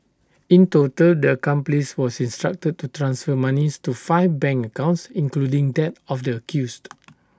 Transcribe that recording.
in total the accomplice was instructed to to transfer monies to five bank accounts including that of the accused